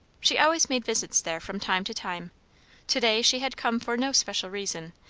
she always made visits there from time to time to-day she had come for no special reason,